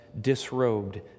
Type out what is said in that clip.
disrobed